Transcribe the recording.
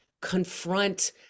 confront